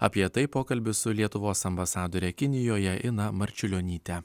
apie tai pokalbis su lietuvos ambasadore kinijoje ina marčiulionyte